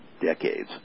decades